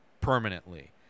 permanently